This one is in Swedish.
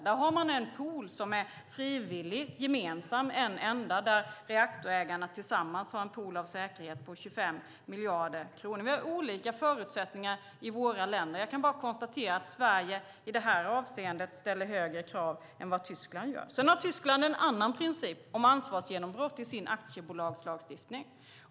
Där har de en enda gemensam, frivillig pool där reaktorägarna tillsammans har en pool av säkerhet på 25 miljarder kronor. Vi har olika förutsättningar i våra länder. Jag kan bara konstatera att Sverige i det här avseendet ställer högre krav än vad Tyskland gör. Sedan har Tyskland en annan princip om ansvarsgenombrott i sin aktiebolagslagstiftning.